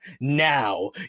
now